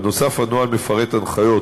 בנוסף, הנוהל מפרט הנחיות